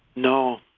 no,